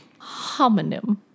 homonym